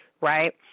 right